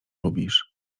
lubisz